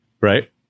Right